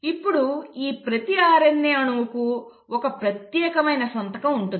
ఇప్పుడు ఈ ప్రతి RNA అణువుకు ఒక ప్రత్యేకమైన సంతకం ఉంటుంది